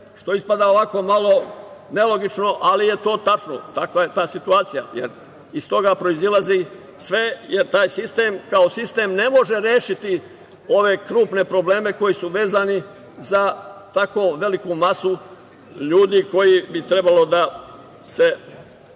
To ispada malo nelogično, ali je to tačno, takva je situacija. Iz toga proizilazi sve, jer taj sistem kao sistem ne može rešiti ove krupne probleme koji su vezani za tako veliku masu ljudi čiji bi problem trebalo da se